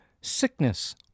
sickness